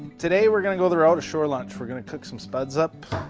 today we're going to go the route of shore lunch. we're going to cook some spuds up.